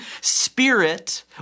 spirit